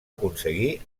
aconseguir